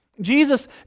Jesus